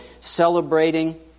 celebrating